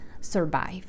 survive